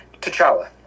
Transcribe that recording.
T'Challa